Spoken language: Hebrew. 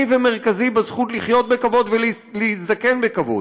ומרכזי בזכות לחיות בכבוד ולהזדקן בכבוד.